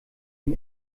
ihm